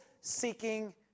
seeking